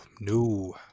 No